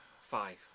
Five